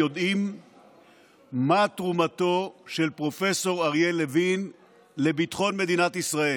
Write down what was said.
יודעים מה תרומתו של פרופ' אריה לוין לביטחון מדינת ישראל.